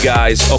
Guys